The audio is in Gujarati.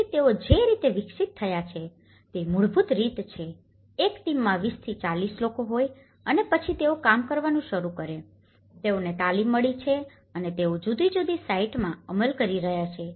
તેથી તેઓ જે રીતે વિકસિત થયા છે તે મૂળભૂત રીત છે એક ટીમમાં 20 થી 40 લોકો હોય છે અને પછી તેઓ કામ કરવાનું શરૂ કરે છે તેઓને તાલીમ મળી છે અને તેઓ જુદી જુદી સાઇટ્માં અમલ કરી રહ્યા છે